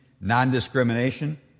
non-discrimination